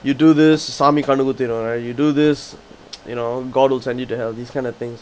you do this சாமி கண்ண குத்திரும்:sami kanna kuthirum right you do this you know god will send you to hell these kind of things